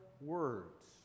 words